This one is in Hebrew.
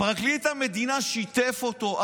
פרקליט המדינה שיתף אותו,